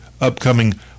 upcoming